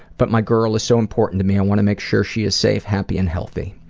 but my girl is so important to me i want to make sure she is safe, happy and healthy.